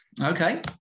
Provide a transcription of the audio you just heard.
okay